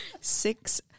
Six